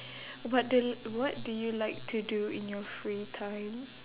what d~ what do you like to do in your free time